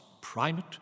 primate